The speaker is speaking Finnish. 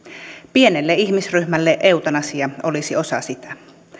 pienelle ihmisryhmälle eutanasia olisi osa sitä